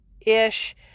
ish